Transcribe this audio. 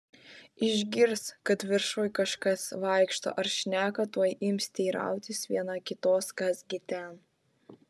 išgirs kad viršuj kažkas vaikšto ar šneka tuoj ims teirautis viena kitos kas gi ten